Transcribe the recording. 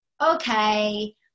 okay